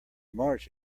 march